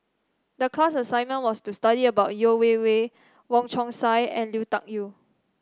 the class assignment was to study about Yeo Wei Wei Wong Chong Sai and Lui Tuck Yew